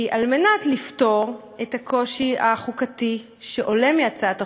כי על מנת לפתור את הקושי החוקתי שעולה מהצעת החוק,